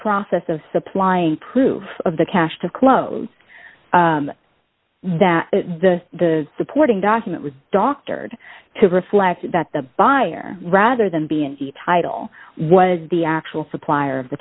process of supplying proof of the cash to close that the the supporting document was doctored to reflect that the buyer rather than being the title was the actual supplier